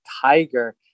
tiger